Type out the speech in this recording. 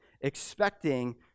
expecting